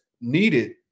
needed